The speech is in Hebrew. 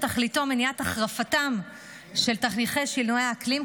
שתכליתו מניעת החרפתם של תהליכי שינויי האקלים,